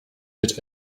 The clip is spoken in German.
wird